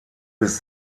bis